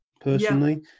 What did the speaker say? Personally